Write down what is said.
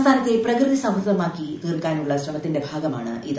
സംസ്ഥാനത്തെ പ്രകൃതി സൌഹൃദമാക്കി തീർക്കാനുള്ള ശ്രമത്തിന്റെ ഭാഗമായാണിത്